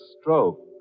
stroke